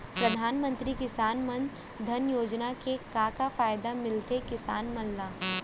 परधानमंतरी किसान मन धन योजना के का का फायदा मिलथे किसान मन ला?